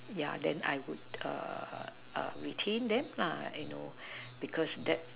yeah then I would retain them you know because that